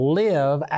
live